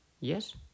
yes